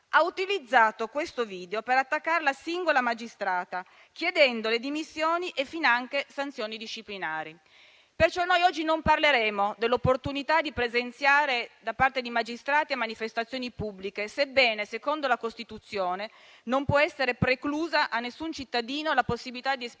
Ha utilizzato questo video per attaccare la singola magistrata, chiedendone le dimissioni e finanche sanzioni disciplinari. Pertanto, noi oggi non parleremo dell'opportunità di presenziare da parte di magistrati a manifestazioni pubbliche, sebbene secondo la Costituzione non può essere preclusa ad alcun cittadino la possibilità di esprimere